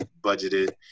budgeted